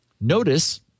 notice